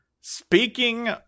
speaking